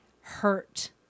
hurt